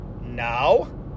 no